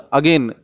again